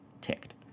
ticked